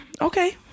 okay